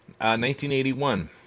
1981